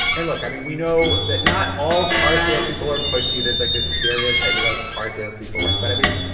and look. i mean, we know that not all car salespeople are pushy. there's, like, this stereotype about car salespeople, right? but, i mean,